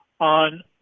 on